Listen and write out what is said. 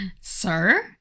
Sir